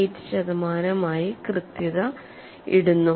8 ശതമാനമായി ഇടുന്നു